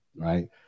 right